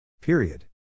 Period